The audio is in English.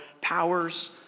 powers